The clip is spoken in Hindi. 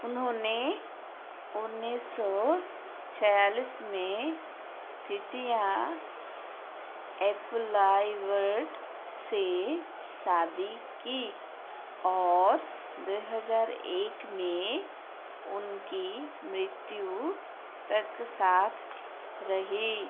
उन्होंने उन्नीस सौ छियालीस में स्थितिया एप्लाइवर्ट से शादी की और दो हज़ार एक में उनकी मृत्यु तक साथ रहें